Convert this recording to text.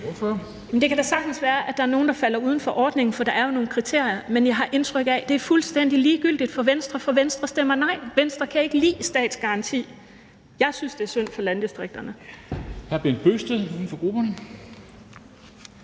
det kan da sagtens være, at der er nogle, der falder uden for ordningen, for der er jo nogle kriterier. Men jeg har indtryk af, at det er fuldstændig ligegyldigt for Venstre, for Venstre stemmer nej. Venstre kan ikke lide statsgaranti. Jeg synes, det er synd for landdistrikterne.